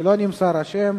שלא נמסר השם,